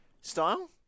style